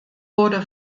wurde